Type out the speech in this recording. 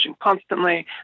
Constantly